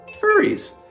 Furries